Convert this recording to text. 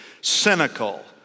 cynical